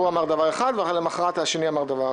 הוא אמר דבר אחד ולמחרת השני אמר דבר הפוך.